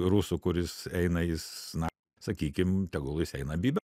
rusų kuris eina jis na sakykime tegul jis eina bybio